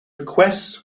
requests